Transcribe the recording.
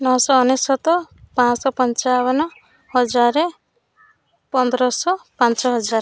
ନଅଶ ଅନେଶତ ପାଞ୍ଚ ଶହ ପଞ୍ଚାବନ ହଜାରେ ପନ୍ଦରଶହ ପାଞ୍ଚ ହଜାର